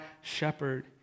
shepherd